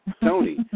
Tony